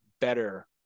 better